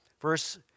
Verse